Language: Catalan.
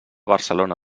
barcelona